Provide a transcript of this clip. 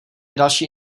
další